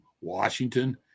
Washington